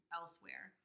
elsewhere